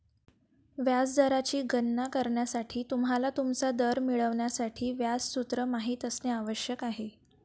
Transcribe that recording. व्याज दराची गणना करण्यासाठी, तुम्हाला तुमचा दर मिळवण्यासाठी व्याज सूत्र माहित असणे आवश्यक आहे